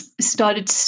started